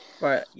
right